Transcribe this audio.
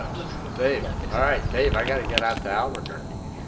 ah dave, yeah alright dave, i gotta get out to albuquerque.